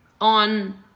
on